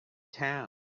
town